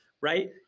right